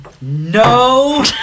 No